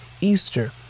Easter